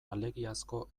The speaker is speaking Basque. alegiazko